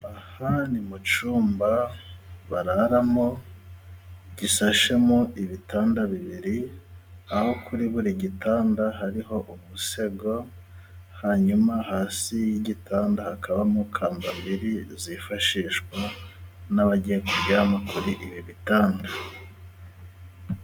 Aha ni mu cyumba bararamo gisashemo ibitanda bibiri aho kuri buri gitanda hariho umusego, hanyuma hasi y'igitanda hakabamo kambambiri zifashishwa n'abagiye kuryama kuri ibi bitanda.